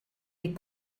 les